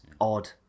odd